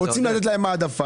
אנחנו רוצים לתת להם העדפה.